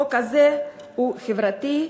החוק הזה הוא חברתי,